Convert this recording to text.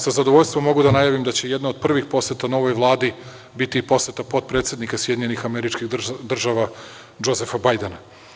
Sa zadovoljstvom mogu da najavim da će jedna od prvih poseta novoj Vladi biti i poseta potpredsednika SAD Džozefa Bajdena.